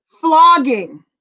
flogging